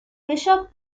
bishop